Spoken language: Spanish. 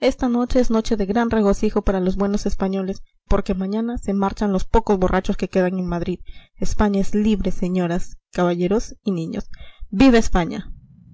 esta noche es noche de gran regocijo para los buenos españoles porque mañana se marchan los pocos borrachos que quedan en madrid españa es libre señoras caballeros y niños viva españa